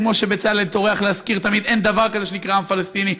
כמו שבצלאל טורח להזכיר תמיד: אין דבר כזה שנקרא עם פלסטיני.